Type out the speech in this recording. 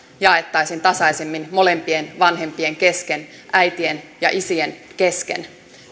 jaettaisiin tasaisemmin molempien vanhempien kesken äitien ja isien kesken